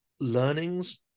learnings